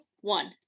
one